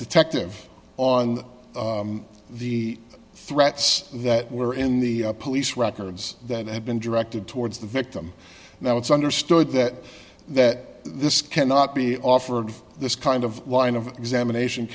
detective on the threats that were in the police records that have been directed towards the victim now it's understood that that this cannot be offered this kind of line of examination